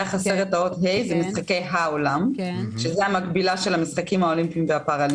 זה המקבילה של המשחקים האולימפיים והפאראלימפיים.